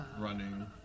running